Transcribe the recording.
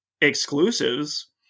exclusives